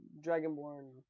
dragonborn